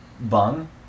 bung